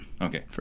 Okay